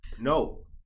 No